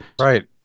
Right